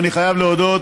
ואני חייב להודות